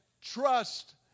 trust